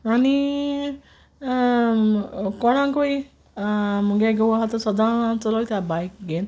आनी कोणाकूय मुगे गोव आसा तो सोदां चोलयता बायक घेन